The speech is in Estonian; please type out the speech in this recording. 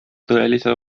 tõelise